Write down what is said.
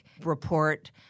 report